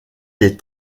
des